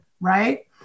right